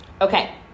Okay